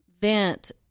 vent